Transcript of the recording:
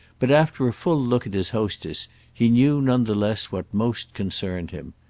but after a full look at his hostess he knew none the less what most concerned him.